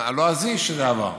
הלועזי, שזה עבר.